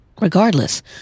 regardless